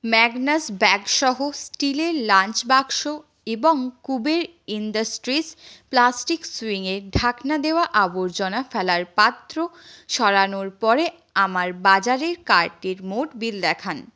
Magnus bag সহ স্টিলের lunch বাক্স এবং কুবের ইন্ডাস্ট্রিজ প্লাস্টিক সুইঙের ঢাকনা দেওয়া আবর্জনা ফেলার পাত্র সরানোর পরে আমার বাজারের কার্টের মোট বিল দেখান